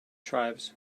tribes